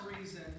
reason